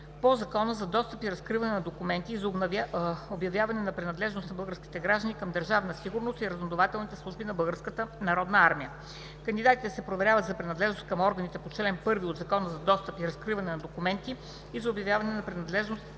по Закона за достъп и разкриване на документите и за обявяване на принадлежност на български граждани към Държавна сигурност и разузнавателните служби на Българската народна армия. Кандидатите се проверяват за принадлежност към органите по чл. 1 от Закона за достъп и разкриване на документите и за обявяване на принадлежност